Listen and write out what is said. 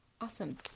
Awesome